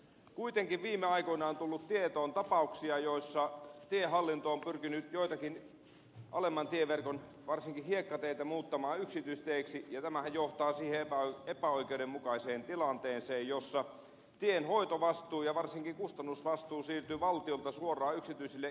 kuitenkin viime aikoina on tullut tietoon tapauksia joissa tiehallinto on pyrkinyt joitakin alemman tieverkon varsinkin hiekkateitä muuttamaan yksityisteiksi ja tämähän johtaa siihen epäoikeudenmukaiseen tilanteeseen jossa tien hoitovastuu ja varsinkin kustannusvastuu siirtyy valtiolta suoraan yksityisille ihmisille